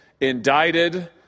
indicted